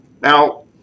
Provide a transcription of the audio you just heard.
Now